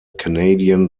canadian